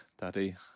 daddy